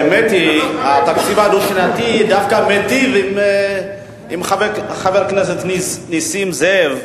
האמת היא שהתקציב הדו-שנתי דווקא מיטיב עם חבר הכנסת נסים זאב.